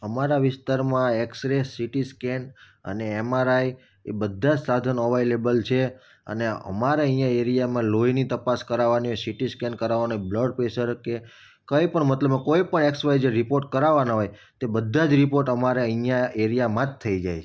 અમારા વિસ્તારમાં x ray CT scan અને એમઆરઆઈ એ બધાં જ સાધનો અવાઈલેબલ છે અને અમારે અહીંયા એરિયામાં લોહીની તપાસ કરાવાની હોય સિટી સ્કેન કરાવાની હોય બ્લડ પ્રેસર કે કઇં પણ મતલબમાં કોઈપણ એક્સ વાય ઝેડ રિપોર્ટ કરાવવાના હોય તે બધા જ રિપોર્ટ અમારે અહીંયા એરિયામાં જ થઈ જાય છે